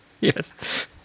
Yes